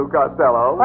Costello